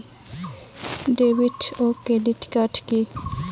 David ও credit card কি?